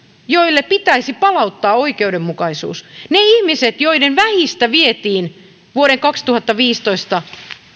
joille pitäisi palauttaa oikeudenmukaisuus ne ihmiset joiden vähistä vietiin vuoden kaksituhattaviisitoista